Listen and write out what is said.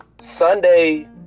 Sunday